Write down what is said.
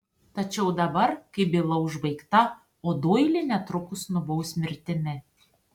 tačiau dabar kai byla užbaigta o doilį netrukus nubaus mirtimi